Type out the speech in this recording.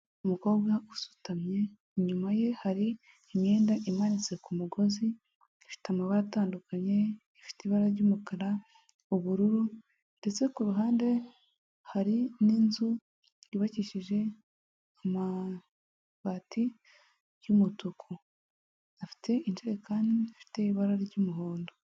Umukobwa usutamye inyuma ye hari imyenda imanitse ku mugozi ifite amabara atandukanye, ifite ibara ry'umukara, ubururu ndetse ku ruhande hari n'inzu yubakishije amabati y'umutuku, afite injerekani ifite ibara ry'umuhondo.